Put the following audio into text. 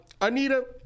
Anita